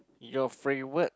your favorite